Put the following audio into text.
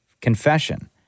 confession